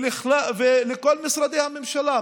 ולכל משרדי הממשלה?